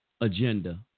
agenda